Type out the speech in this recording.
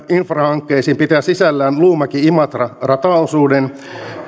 infrahankkeisiin pitää sisällään luumäki imatra rataosuuden